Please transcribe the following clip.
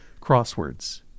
crosswords